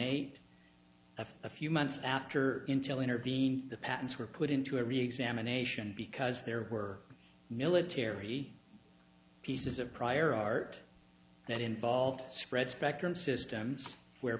eight of a few months after intel intervened the patents were put into a reexamination because there were military pieces of prior art that involved spread spectrum systems where